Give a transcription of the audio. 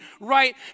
right